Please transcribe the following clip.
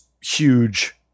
huge